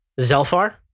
Zelfar